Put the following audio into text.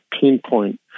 pinpoint